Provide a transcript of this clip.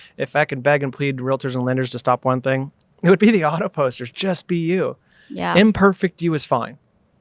if i can beg and plead realtors and lenders to stop, one thing it would be the auto posters just be you yeah imperfect you is fine.